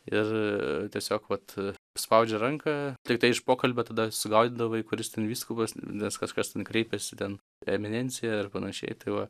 ir tiesiog vat spaudžia ranką tiktai iš pokalbio tada susigaudydavai kuris ten vyskupas nes kažkas ten kreipiasi ten eminencija ir panašiai tai va